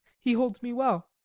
he holds me well,